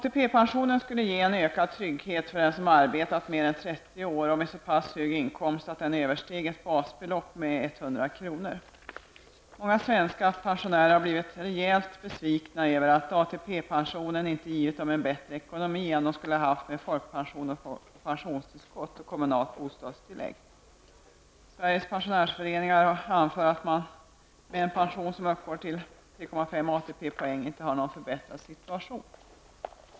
ATP-pensionen skulle innebära en större trygghet för den som har arbetat i mer än 30 år och som har en inkomst som är så pass hög att den överstiger ett basbelopp med 100 kr. Många svenska pensionärer har blivit rejält besvikna över att ATP-pensionen inte har givit dem en bättre ekonomi än de skulle ha haft med folkpension, pensionstillskott och kommunalt bostadstillägg. Från Sveriges Pensionärsförbund anför man att det med en pension som uppgår till 3,5 ATP-poäng inte blir någon förbättrad situation.